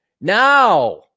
Now